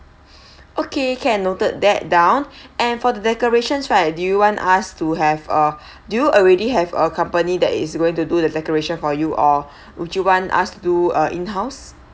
okay can noted that down and for the decorations right do you want us to have a do you already have company that is going to do the decoration for you or would you want us to do uh in house